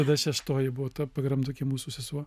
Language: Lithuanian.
tada šeštoji buvo ta pagrandukė mūsų sesuo